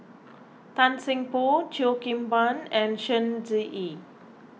Tan Seng Poh Cheo Kim Ban and Shen